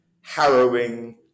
harrowing